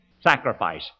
sacrifice